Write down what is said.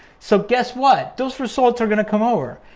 so guess what? those results are gonna come over.